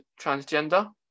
transgender